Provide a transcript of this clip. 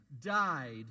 died